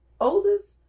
Oldest